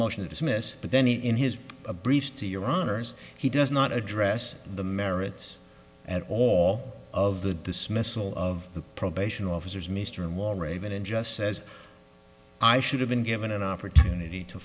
motion to dismiss but then he in his briefs to your honor's he does not address the merits at all of the dismissal of the probation officers mr and wall raven and just says i should have been given an opportunity to